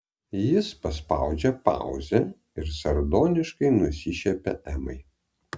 jis paspaudžia pauzę ir sardoniškai nusišiepia emai